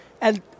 And-